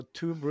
two